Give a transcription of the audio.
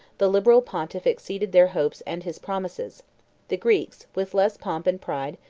the liberal pontiff exceeded their hopes and his promises the greeks, with less pomp and pride,